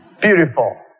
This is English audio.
Beautiful